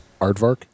aardvark